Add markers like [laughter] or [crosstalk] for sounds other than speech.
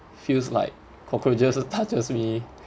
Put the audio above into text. feels like cockroaches [laughs] touches me